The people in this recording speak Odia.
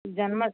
ଜନ୍ମ